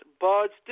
Buds